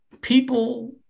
People